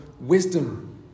wisdom